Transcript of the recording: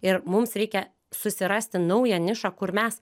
ir mums reikia susirasti naują nišą kur mes